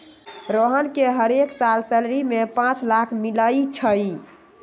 रोहन के हरेक साल सैलरी में पाच लाख मिलई छई